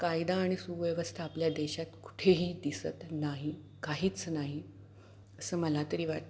कायदा आणि सुव्यवस्था आपल्या देशात कुठेही दिसत नाही काहीच नाही असं मला तरी वाटतं